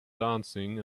dancing